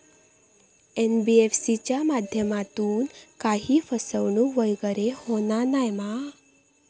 NBFC च्या माध्यमातून काही फसवणूक वगैरे होना नाय मा?